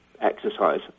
exercise